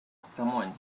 someone